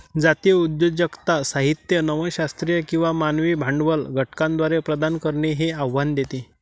जातीय उद्योजकता साहित्य नव शास्त्रीय किंवा मानवी भांडवल घटकांद्वारे प्रदान करणे हे आव्हान देते